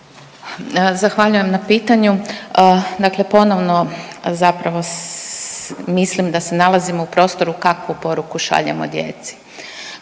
Zahvaljujem na pitanju. Dakle, ponovno zapravo mislim da se nalazimo u prostoru kakvu poruku šaljemo djeci.